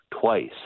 twice